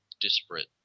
disparate